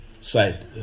side